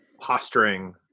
posturing